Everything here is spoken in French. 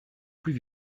plus